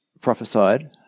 prophesied